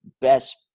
best